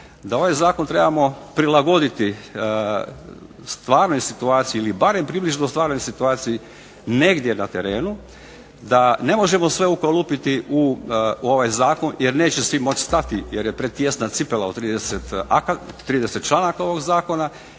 da ovaj zakon trebamo prilagoditi stvarno situaciji ili barem približno stvarnoj situaciji negdje na terenu da ne možemo sve ukalupiti u ovaj zakon jer neće svi moći stati jer je pretijesna cipela u 30 članaka ovog zakona.